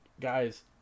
guys